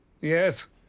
Yes